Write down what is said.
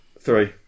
Three